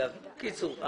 בקיצור,